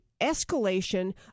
escalation